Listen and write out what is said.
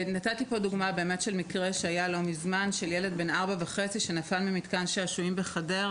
נתתי פה דוגמה של ילד בן ארבע וחצי שנפל ממתקן שעשועים בחדרה.